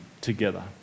together